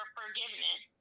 forgiveness